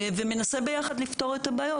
ומנסים ביחד לפתור את הבעיות,